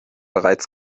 bereits